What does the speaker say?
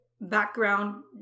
background